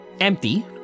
empty